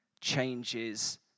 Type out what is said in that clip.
changes